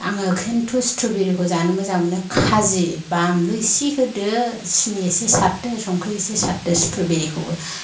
आङो खिनथु स्ट्रबेरिखौ जानो मोजां मोनो खाजि बानलु एसे होदो सिनि एसे सारदो संख्रि एसे सारदो स्ट्रबेरिखौबो